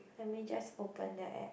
let me just open the app